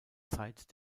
zeit